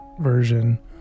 version